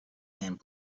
and